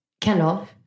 Kendall